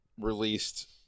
released